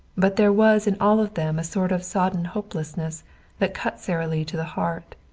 but there was in all of them a sort of sodden hopelessness that cut sara lee to the heart.